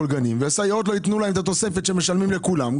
גנים ולסייעות לא ייתנו את התוספת שמשלמים לכולן.